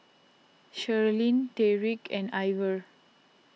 Sherlyn Tyreek and Ivor